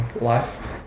life